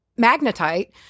magnetite